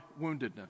woundedness